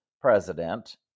president